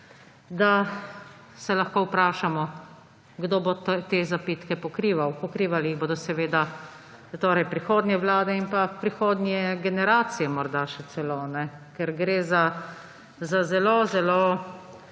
da se lahko vprašamo, kdo bo te zapitke pokrival. Pokrivali jih bodo torej prihodnje vlade in pa prihodnje generacije morda še celo, ker gre za zelo zelo